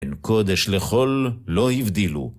בין קודש לחול לא הבדילו.